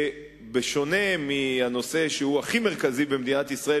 שבשונה מהנושא שהוא הכי מרכזי במדינת ישראל,